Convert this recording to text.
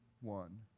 one